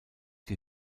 die